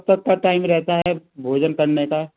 कब का टाइम रहता है भोजन करने का